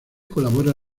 colabora